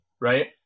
right